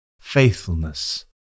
faithfulness